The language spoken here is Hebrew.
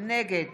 נגד